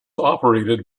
operated